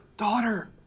daughter